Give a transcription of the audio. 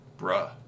Bruh